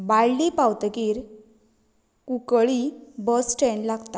बाळ्ळी पावतगीर Cuncolim bus stand लागता